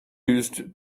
used